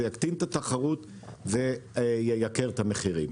זה יקטין את התחרות וייקר את המחירים.